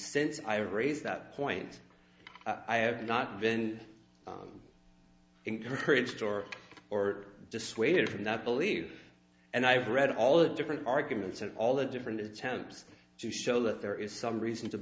since i raise that point i have not been encouraged or or dissuaded from that believe and i've read all the different arguments and all the different it's helps to show that there is some reason to